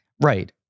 Right